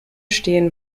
stehen